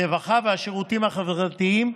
הרווחה והשירותים החברתיים,